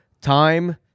time